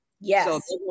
Yes